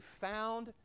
found